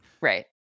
Right